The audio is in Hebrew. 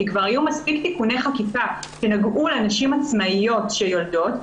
כי כבר היו מספיק תיקוני חקיקה שנגעו לנשים עצמאיות שיולדות,